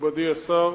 מכובדי השר,